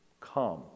Come